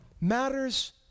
matters